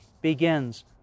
begins